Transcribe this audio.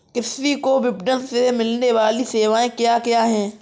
कृषि को विपणन से मिलने वाली सेवाएँ क्या क्या है